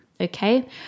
okay